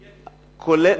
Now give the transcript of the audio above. גטו.